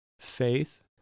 faith